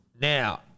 Now